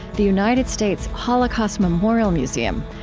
the united states holocaust memorial museum,